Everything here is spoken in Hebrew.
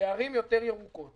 ובערים יותר ירוקות